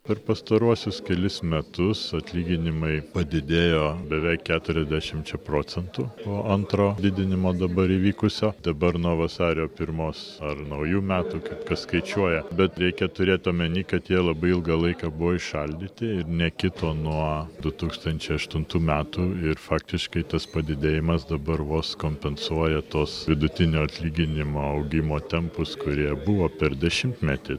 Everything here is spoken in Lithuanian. per pastaruosius kelis metus atlyginimai padidėjo beveik keturiasdešimčia procentų po antro didinimo dabar įvykusio dabar nuo vasario pirmos ar naujų metų kaip kas skaičiuoja bet reikia turėt omeny kad jie labai ilgą laiką buvo įšaldyti ir nekito nuo du tūkstančiai aštuntų metų ir faktiškai tas padidėjimas dabar vos kompensuoja tuos vidutinio atlyginimo augimo tempus kurie buvo per dešimtmetį